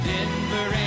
Denver